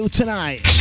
tonight